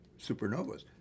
supernovas